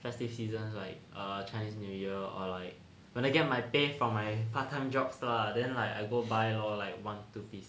festive seasons like err chinese new year or like when I get my pay from my part time jobs lah then like I go buy lor like one two piece